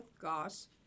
Goss